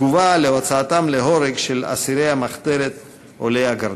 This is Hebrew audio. תגובה על הוצאתם להורג של אסירי המחתרות עולי הגרדום.